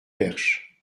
perche